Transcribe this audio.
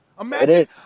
Imagine